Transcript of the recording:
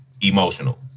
emotional